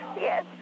Yes